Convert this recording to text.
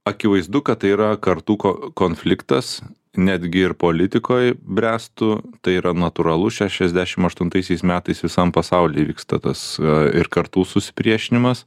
akivaizdu kad tai yra kartuko konfliktas netgi ir politikoj bręstu tai yra natūralu šešiasdešimt aštuntaisiais metais visam pasaulyje vyksta tas ir kartų susipriešinimas